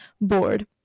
bored